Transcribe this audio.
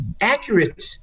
accurate